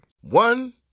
One